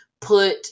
put